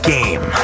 Game